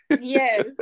yes